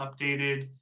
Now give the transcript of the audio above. updated